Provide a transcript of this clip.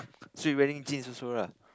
so you wearing jeans also lah